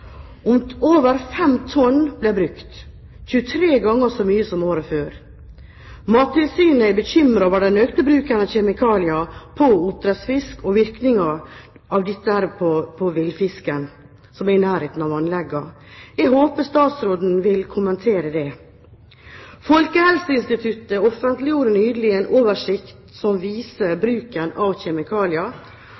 Over 5 tonn ble brukt – 23 ganger så mye som året før. Mattilsynet er bekymret over den økte bruken av kjemikalier på oppdrettsfisk og virkningen av dette på villfisken som er i nærheten av anleggene. Jeg håper statsråden vil kommentere det. Folkehelseinstituttet offentliggjorde nylig en oversikt som viser